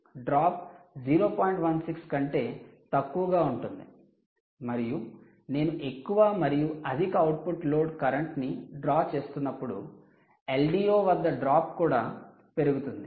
16 కంటే తక్కువగా ఉంటుంది మరియు నేను ఎక్కువ మరియు అధిక అవుట్పుట్ లోడ్ కరెంటు ని డ్రా చేస్తున్నపుడు LDO వద్ద డ్రాప్ కూడా పెరుగుతుంది